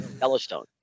Yellowstone